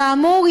כאמור,